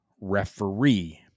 referee